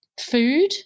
food